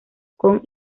con